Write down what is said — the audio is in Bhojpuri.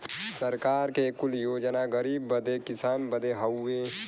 सरकार के कुल योजना गरीब बदे किसान बदे हउवे